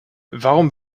warum